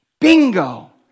Bingo